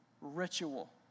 ritual